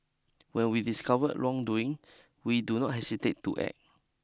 while we discover wrongdoing we do not hesitate to act